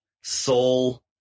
soul